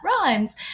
rhymes